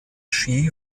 ski